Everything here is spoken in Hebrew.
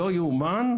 לא יאומן,